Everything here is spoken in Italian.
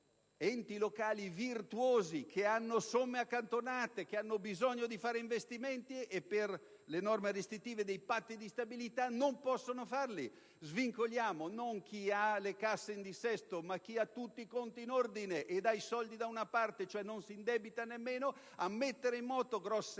enti locali virtuosi che hanno somme accantonate e hanno bisogno di fare investimenti, ma per le norme restrittive dei patti di stabilità non possono farlo. Svincoliamo non chi ha le casse in dissesto, ma chi ha tutti i conti in ordine i soldi da parte e nemmeno si indebita, cosicché possa mettere in moto grosse